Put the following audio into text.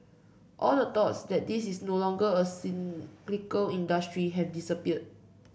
all the thoughts that this is no longer a cyclical industry have disappeared